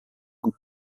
und